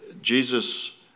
Jesus